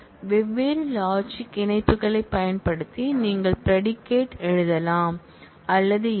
வெவ்வேறு லாஜிக் இணைப்புகளைப் பயன்படுத்தி நீங்கள் ப்ரெடிகேட் எழுதலாம் அல்லது இல்லை